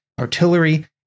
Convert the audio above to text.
artillery